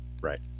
Right